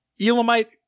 Elamite